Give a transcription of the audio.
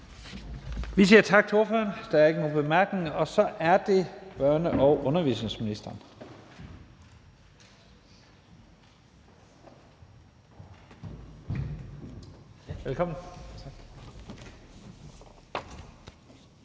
Vi siger tak til ordføreren. Der er ikke nogen korte bemærkninger. Så er det børne- og undervisningsministeren. Velkommen.